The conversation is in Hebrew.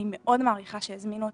אני מאוד מעריכה שהזמינו אותי,